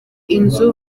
inzu